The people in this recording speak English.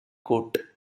court